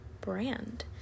brand